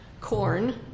corn